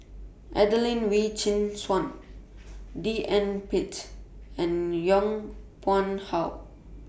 Adelene Wee Chin Suan D N Pritt and Yong Pung How